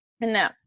No